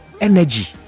energy